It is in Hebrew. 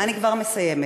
אני כבר מסיימת.